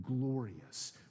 glorious